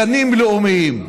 גנים לאומיים.